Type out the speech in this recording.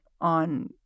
on